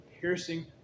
piercing